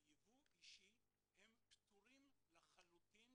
ביבוא אישי הם פטורים לחלוטין